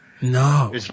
No